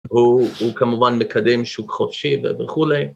הוא כמובן מקדם שוק חופשי וכולי.